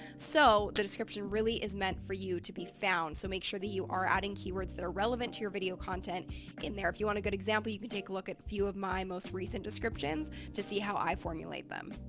so the description really is meant for you to be found. so make sure that you are adding keywords that are relevant to your video content in there. if you want a good example, you can take a look at a few of my most recent descriptions to see how i formulate them.